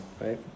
Right